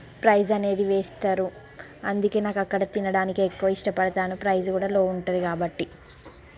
price అనేది వేస్తారు అందుకే నాకు అక్కడ తినడానికి ఎక్కువ ఇష్టపడతాను ప్రైస్ కూడా లో ఉంటుంది కాబట్టి